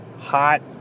hot